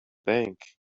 bank